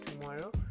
tomorrow